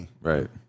right